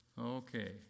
Okay